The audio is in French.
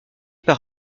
par